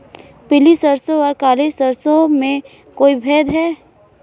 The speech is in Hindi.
पीली सरसों और काली सरसों में कोई भेद है?